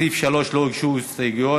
לסעיף 3 לא הוגשו הסתייגויות.